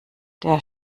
der